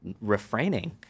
refraining